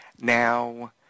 Now